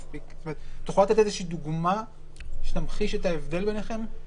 את יכולה לתת איזושהי דוגמה שתמחיש את ההבדל ביניכם?